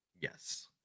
Yes